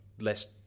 less